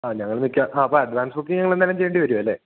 ആ ഞങ്ങള് ആ അപ്പോള് അഡ്വാൻസ് ബുക്കിങ് ഞങ്ങളെന്തായാലും ചെയ്യേണ്ടിവരുമല്ലേ